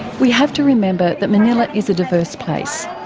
we have to remember that manila is a diverse place,